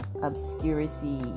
obscurity